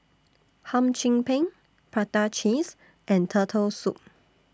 Hum Chim Peng Prata Cheese and Turtle Soup